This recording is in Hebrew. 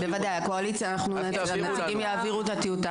בוודאי, הקואליציה, הנציגים יעבירו את המידע.